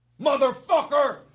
Motherfucker